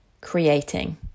creating